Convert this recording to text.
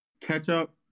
ketchup